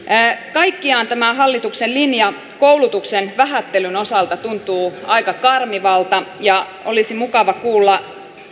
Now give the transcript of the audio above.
kaikkiaan tämä hallituksen linja koulutuksen vähättelyn osalta tuntuu aika karmivalta ja olisi mukava kuulla